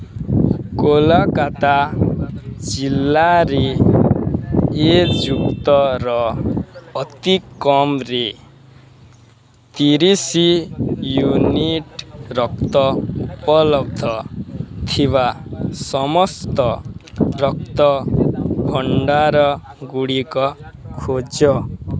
କୋଲକାତା ଜିଲ୍ଲାରେ ଏ ଯୁକ୍ତର ଅତିକମ୍ରେ ତିରିଶି ୟୁନିଟ୍ ରକ୍ତ ଉପଲବ୍ଧ ଥିବା ସମସ୍ତ ରକ୍ତ ଭଣ୍ଡାରଗୁଡ଼ିକ ଖୋଜ